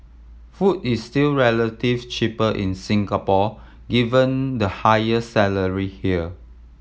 food is still relative cheaper in Singapore given the higher salary here